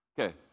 Okay